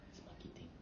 it's marketing